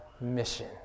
mission